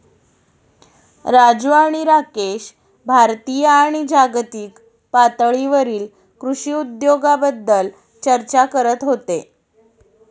राजू आणि राकेश भारतीय आणि जागतिक पातळीवरील कृषी उद्योगाबद्दल चर्चा करत होते